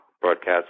broadcast